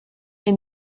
est